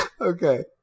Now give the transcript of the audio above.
Okay